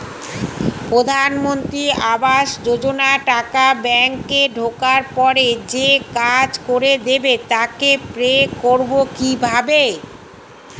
প্রধানমন্ত্রী আবাস যোজনার টাকা ব্যাংকে ঢোকার পরে যে কাজ করে দেবে তাকে পে করব কিভাবে?